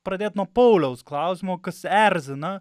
pradėt nuo pauliaus klausimo kas erzina